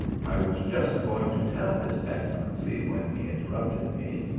i was just going to tell his excellency, when he interrupted me,